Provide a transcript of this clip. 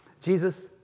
Jesus